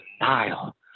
Nile